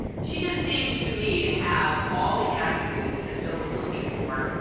she just seemed to me to have all the attributes that bill was looking for,